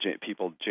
people